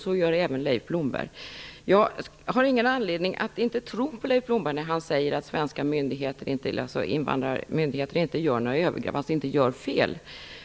Så gör även Leif Jag har ingen anledning att inte tro på Leif Blomberg när han säger att svenska invandrarmyndigheter inte gör några övergrepp, alltså inte gör fel.